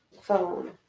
Phone